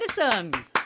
Anderson